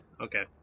Okay